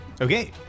Okay